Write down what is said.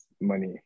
money